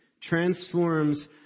transforms